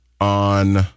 on